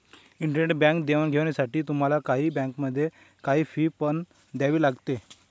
internet bank देवाणघेवाणीसाठी तुम्हाला काही बँकांमध्ये, काही फी पण द्यावी लागते